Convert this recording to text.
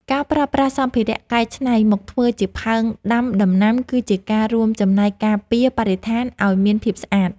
ការប្រើប្រាស់សម្ភារៈកែច្នៃមកធ្វើជាផើងដាំដំណាំគឺជាការរួមចំណែកការពារបរិស្ថានឱ្យមានភាពស្អាត។